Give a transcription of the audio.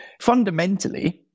fundamentally